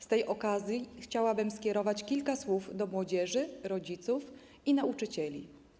Z tej okazji chciałabym skierować kilka słów do młodzieży, rodziców i nauczycieli.